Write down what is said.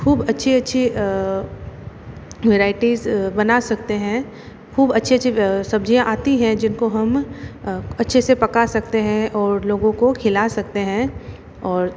खूब अच्छी अच्छी वैराइटीज़ बना सकते हैं खूब अच्छी अच्छी सब्जियाँ आती हैं जिनको हम अच्छे से पका सकते हैं और लोगों को खिला सकते हैं और